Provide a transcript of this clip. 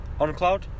OnCloud